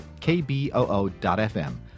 KBOO.fm